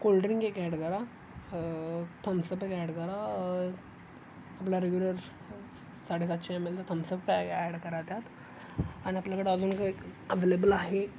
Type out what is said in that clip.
cold drink एक add करा Thums Up एक ॲड करा आपला रेग्युलर साडेसातशे एम एलचा थम्सअप ॲ ॲड करा त्यात आणि आपल्याकडं अजून काही अवेलेबल आहे